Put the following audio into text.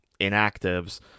inactives